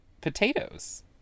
potatoes